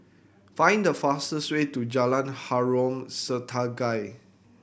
find the fastest way to Jalan Harom Setangkai